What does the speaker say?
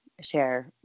share